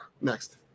Next